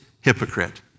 Hypocrite